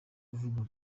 uvuga